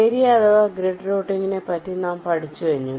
area അഥവാ grid റൂട്ടിങ്ങിനെ പറ്റി നാം പഠിച്ചു കഴിഞ്ഞു